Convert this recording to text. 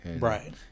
Right